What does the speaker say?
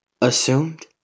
Assumed